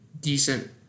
decent